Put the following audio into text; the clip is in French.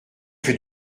fait